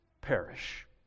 perish